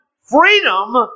freedom